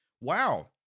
Wow